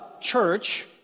church